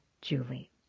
Julie